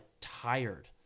tired